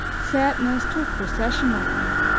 sadness took possession of me.